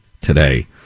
today